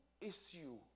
issue